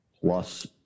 plus